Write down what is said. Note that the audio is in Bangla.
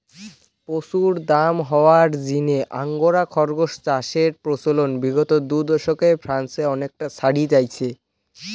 প্রচুর দাম হওয়ার জিনে আঙ্গোরা খরগোস চাষের প্রচলন বিগত দু দশকে ফ্রান্সে অনেকটা ছড়ি যাইচে